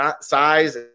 size